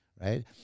right